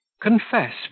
confess